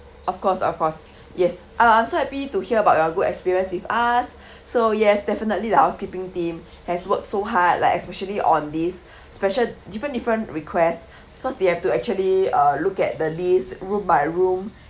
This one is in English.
of course of course yes uh I'm so happy to hear about your good experience with us so yes definitely the housekeeping team has worked so hard like especially on this special different different requests cause he have to actually uh look at the list room by room